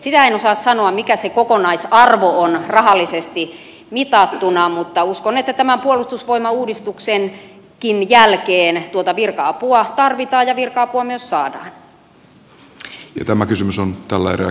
sitä en osaa sanoa mikä se kokonaisarvo on rahallisesti mitattuna mutta uskon että tämän puolustusvoimauudistuksenkin jälkeen tuota virka apua tarvitaan ja virka apua myös saadaan